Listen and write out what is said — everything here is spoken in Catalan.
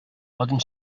poden